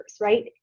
right